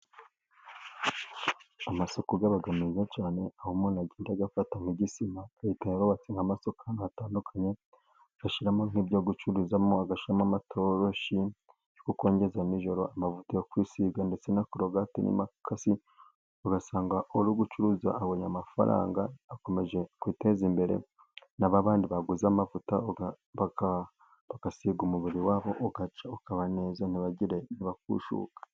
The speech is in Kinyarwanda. Amako aba meza cyane, aho umuntu agenda afata nk'igisima. Leta yarubatse nk'amasako ahantu hatandukanye, ashyiramo nk'ibyo gucururizamo agashyirama amatoroshi yo gukongeza nijoro, amavuta yo kwisiga, ndetse na korogate n'imakasi ,ugasanga uri gucuruza abonye amafaranga akomeje kwiteza imbere. Na babandi baguze amavuta bagasiga umubiri wabo, ugacya ukaba neza nti bakushuka.